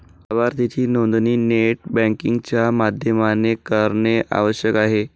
लाभार्थीची नोंदणी net banking च्या माध्यमाने करणे आवश्यक आहे